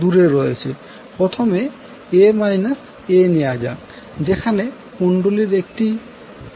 প্রথমে a a নেওয়া যাক যেটি কুন্ডলীর একটি প্রান্তের জন্য